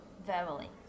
verbally